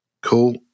Cool